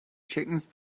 chickens